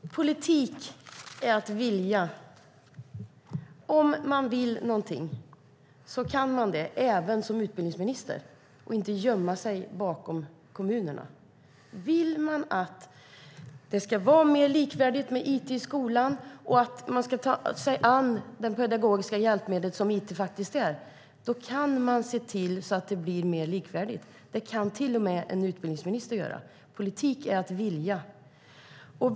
Fru talman! Politik är att vilja. Om man vill någonting kan man det, även som utbildningsminister, och ska inte gömma sig bakom kommunerna. Vill man att det ska vara mer likvärdigt med it i skolan och att lärarna ska ta sig an det pedagogiska hjälpmedel som it faktiskt är kan man se till att det blir mer likvärdigt. Det kan till och med en utbildningsminister göra. Politik är att vilja.